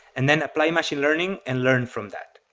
and then apply machine learning and learn from that.